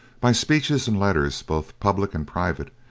by speeches and letters both public and private,